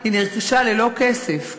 היא נרכשה ללא כסף כמעט.